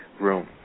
room